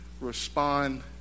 respond